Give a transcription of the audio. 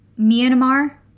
Myanmar